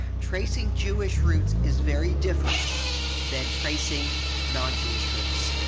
tracing jewish roots is very different than tracing non-jewish roots.